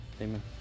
Amen